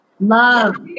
love